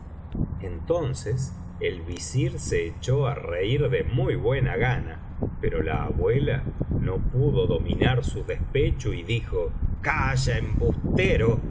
entonces el visir se echó á reir de muy buena gana pero la abuela no pudo dominar su despecho y dijo calla embustero